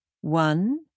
One